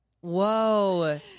whoa